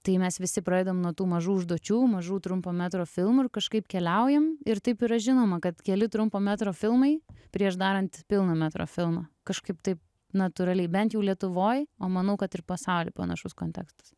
tai mes visi pradedam nuo tų mažų užduočių mažų trumpo metro filmų ir kažkaip keliaujam ir taip yra žinoma kad keli trumpo metro filmai prieš darant pilno metro filmą kažkaip taip natūraliai bent jau lietuvoj o manau kad ir pasauly panašus kontekstas